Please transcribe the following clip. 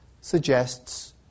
suggests